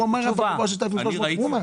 אני ראיתי